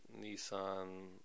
Nissan